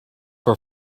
for